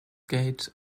gate